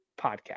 podcast